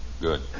Good